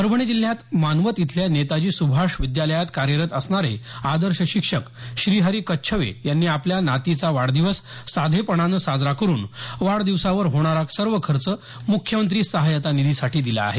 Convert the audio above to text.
परभणी जिल्ह्यात मानवत इथल्या नेताजी सुभाष विद्यालयात कार्यरत असणारे आदर्श शिक्षक श्रीहरी कच्छवे यांनी आपल्या नातीचा वाढदिवस साधेपणाने साजरा करून वाढदिवसावर होणारा सर्व खर्च मुख्यमंत्री सहायता निधीसाठी दिला आहे